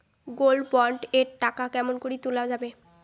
Gold bond এর টাকা কেমন করি তুলা যাবে?